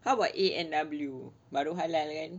how about A&W baru halal kan